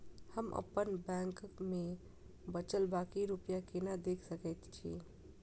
हम अप्पन बैंक मे बचल बाकी रुपया केना देख सकय छी?